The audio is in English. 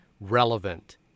relevant